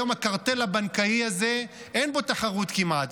היום הקרטל הבנקאי הזה, אין בו תחרות כמעט.